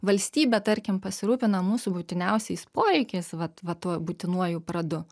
valstybė tarkim pasirūpina mūsų būtiniausiais poreikiais vat vat tuo būtinuoju pradu